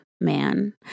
man